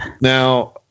Now